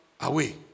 away